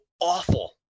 awful